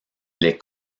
les